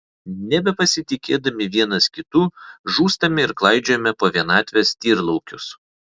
nebepasitikėdami vienas kitu žūstame ir klaidžiojame po vienatvės tyrlaukius